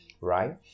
right